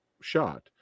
shot